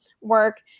work